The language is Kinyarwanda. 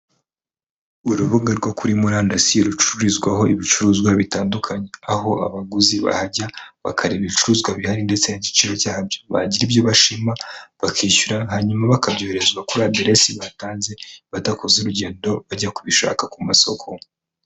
Urubuga rwo kuri murandasi rucururizwaho ibicuruzwa bitandukanye, aho abaguzi bahajya bakareba ibicuruzwa bihari ndetse n'igiciro cyabyo, bagira ibyo bashima bakishyura hanyuma bakabyoherezwa kuri aderesi batanze badakoze urugendo bajya kubishaka ku masoko.